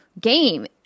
Game